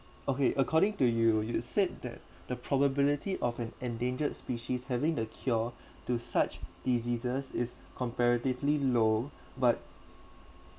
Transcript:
okay according to you you said that the probability of an endangered species having the cure to such diseases is comparatively low but